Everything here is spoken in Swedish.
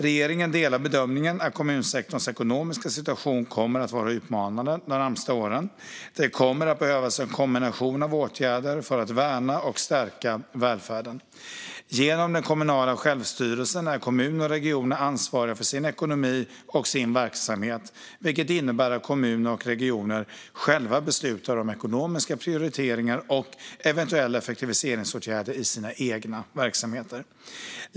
Regeringen delar bedömningen att kommunsektorns ekonomiska situation kommer att vara utmanande de närmaste åren. Det kommer att behövas en kombination av åtgärder för att värna och stärka välfärden. Genom den kommunala självstyrelsen är kommuner och regioner ansvariga för sin ekonomi och sin verksamhet, vilket innebär att kommuner och regioner själva beslutar om ekonomiska prioriteringar och eventuella effektiviseringsåtgärder i sina egna verksamheter.